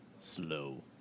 Slow